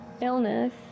illness